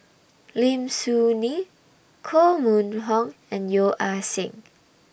Lim Soo Ngee Koh Mun Hong and Yeo Ah Seng